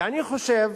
ואני חושב